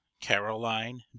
Caroline